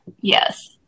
Yes